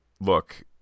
Look